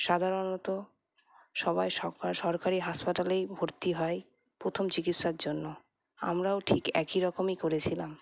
সাধারণত সবাই সরকারি হাসপাতালেই ভর্তি হয় প্রথম চিকিৎসার জন্য আমরাও ঠিক একই রকমই করেছিলাম